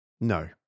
No